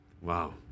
Wow